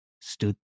stood